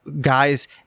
guys